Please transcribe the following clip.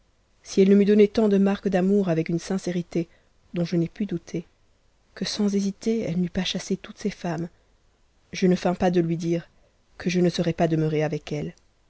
si elle ne m'eût donné tant de marques d'amour avec une sincérité dont je n'ai pu douter que sans hésiter elle n'eût pas chassé toutes ses femmes je ne feins pas de lui dire que je ne serais pas demeurée avec elle